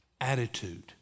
attitude